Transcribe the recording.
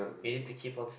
we need to keep on